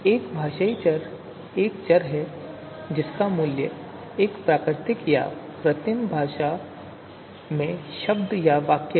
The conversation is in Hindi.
एक भाषाई चर एक चर है जिसका मूल्य एक प्राकृतिक या कृत्रिम भाषा में शब्द या वाक्य हैं